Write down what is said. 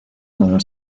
solo